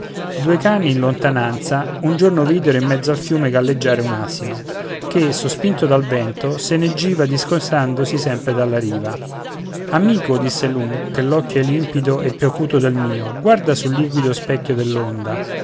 due cani in lontananza un giorno videro in mezzo al fiume galleggiare un asino che sospinto dal vento se ne giva discostandosi sempre dalla riva amico disse l'un che l'occhio hai limpido e più acuto del mio guarda sul liquido specchio